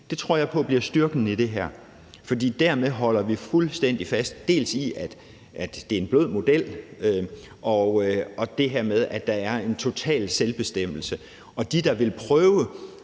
Det tror jeg på bliver styrken i det her. For dermed holder vi fuldstændig fast i, at det er en blød model, og det her med, at der er en total selvbestemmelse. De, der vil prøve